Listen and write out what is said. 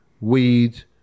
weed